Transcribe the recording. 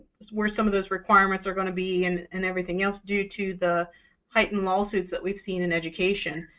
where some of those requirements are going to be, and and everything else due to the heightened lawsuits that we've seen in education.